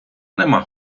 нема